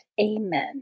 Amen